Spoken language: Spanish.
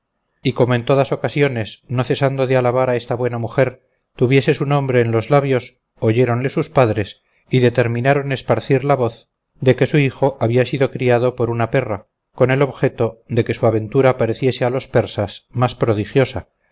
y como en todas ocasiones no cesando de alabar a esta buena mujer tuviese su nombre en los labios oyéronle sus padres y determinaron esparcir la voz de que su hijo había sido criado por una perra con el objeto de que su aventura pareciese a los persas más prodigiosa